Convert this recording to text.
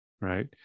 right